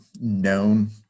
known